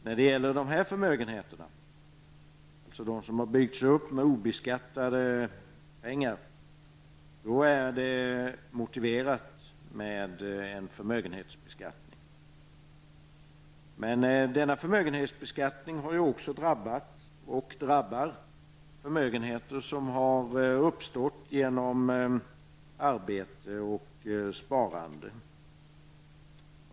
När det gäller dessa förmögenheter, dvs. de som har byggts upp med obeskattade pengar, är det motiverat med en förmögenhetsbeskattning. Men denna förmögenhetsbeskattning har ju också drabbat, och drabbar, förmögenheter som har uppstått genom arbete och sparande.